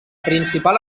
principal